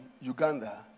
Uganda